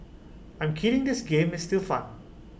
I'm kidding this game is still fun